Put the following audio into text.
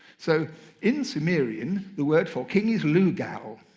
so in sumerian, the word for king is lugal.